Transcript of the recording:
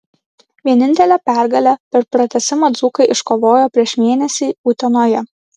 vienintelę pergalę per pratęsimą dzūkai iškovojo prieš mėnesį utenoje